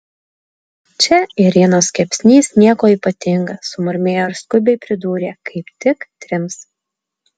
čia ėrienos kepsnys nieko ypatinga sumurmėjo ir skubiai pridūrė kaip tik trims